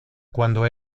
cuando